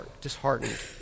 disheartened